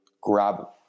grab